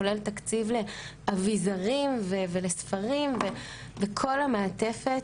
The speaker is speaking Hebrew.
כולל תקציב לאביזרים ולספרים וכל המעטפת.